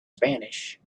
spanish